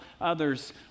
others